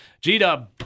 G-Dub